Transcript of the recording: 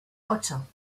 ocho